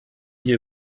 wir